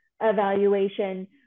evaluation